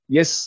Yes